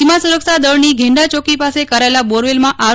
સીમા સુરક્ષા દળની ગેંડા ચોકી પાસે કરાચેલા બોરવેલમાં આર